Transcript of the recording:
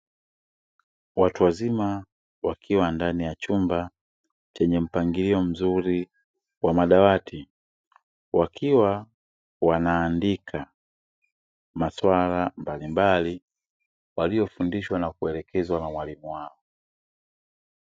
Watu wazima wakiwa ndani ya chumba chenye mpangilio mzuri wa madawati wakiwa wanaandika maswala mbalimbali waliofundishwa na kuelekezwa na mwalimu wao.